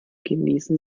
genießen